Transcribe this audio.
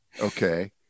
Okay